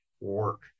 work